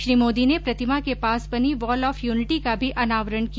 श्री मोदी ने प्रतिमा के पास बनी वॉल ऑफ यूनिटी का भी अनावरण किया